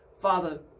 Father